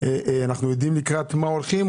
ואנחנו יודעים לקראת מה הולכים,